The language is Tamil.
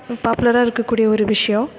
பாப்புலராக இருக்கக்கூடிய ஒரு விஷியம்